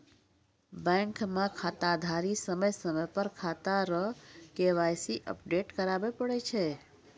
bank मे खाताधारी समय समय पर खाता रो के.वाई.सी अपडेट कराबै पड़ै छै